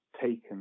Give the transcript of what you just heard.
taken